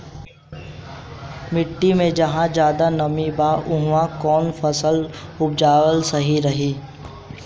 मिट्टी मे जहा जादे नमी बा उहवा कौन फसल उपजावल सही रही?